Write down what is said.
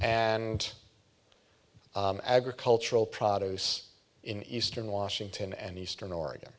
and agricultural products in eastern washington and eastern oregon